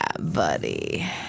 buddy